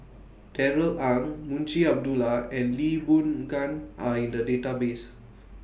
Darrell Ang Munshi Abdullah and Lee Boon Ngan Are in The Database